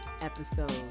episode